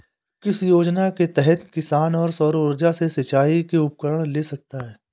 किस योजना के तहत किसान सौर ऊर्जा से सिंचाई के उपकरण ले सकता है?